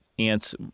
Ants